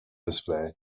display